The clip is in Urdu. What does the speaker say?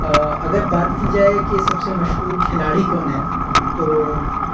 اگر بات کی جائے کہ سب سے مشہور کھلاڑی کون ہے تو